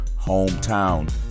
hometown